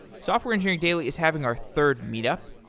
software engineering daily is having our third meet up,